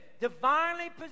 divinely